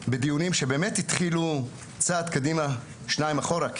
בדיונים שבאמת התחילו אחד קדימה שניים אחורה.